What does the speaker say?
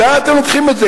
לאן אתם לוקחים את זה,